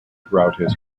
throughout